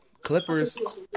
Clippers